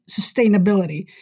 sustainability